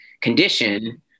condition